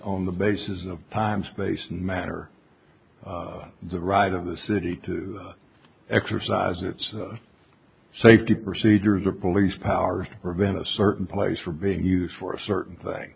on the basis of time space and matter of the right of the city to exercise its safety procedures or police powers prevent a certain place for being used for a certain thing